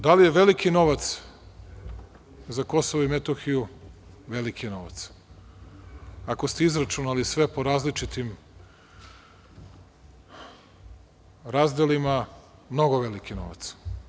Da li je veliki novac za KiM, veliki je novac, ako ste izračunali sve po različitim razdelima, mnogo veliki novac.